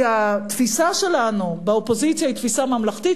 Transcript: כי התפיסה שלנו באופוזיציה היא תפיסה ממלכתית,